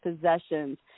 possessions